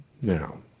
Now